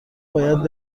باید